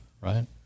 right